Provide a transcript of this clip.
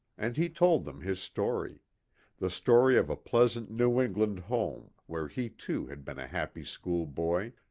and he told them his story the story of a pleasant new england home where he too had been a happy schoolboy,